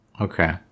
Okay